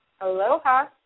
Aloha